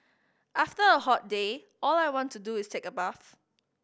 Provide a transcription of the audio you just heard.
after a hot day all I want to do is take a bath